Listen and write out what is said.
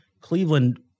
Cleveland